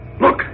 Look